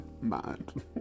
mind